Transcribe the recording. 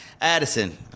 Addison